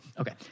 Okay